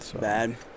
bad